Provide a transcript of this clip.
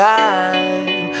time